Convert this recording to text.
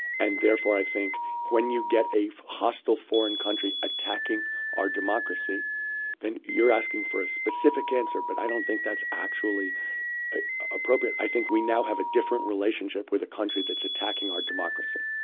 and therefore i think when you get a hostile foreign country attacking our democracy then you're asking for a specific answer, but i don't think that's actually appropriate. i think we now have a different relationship with a country that's attacking our democracy.